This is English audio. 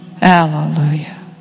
Hallelujah